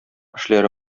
эшләре